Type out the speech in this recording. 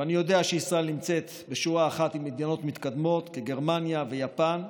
ואני יודע שישראל נמצאת בשורה אחת עם מדינות מתקדמות כגרמניה ויפן,